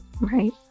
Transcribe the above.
right